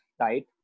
right